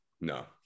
No